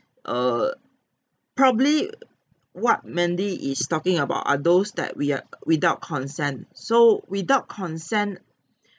err probably err what mandy is talking about are those that we are without consent so without consent